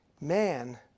Man